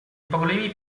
problemi